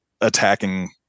attacking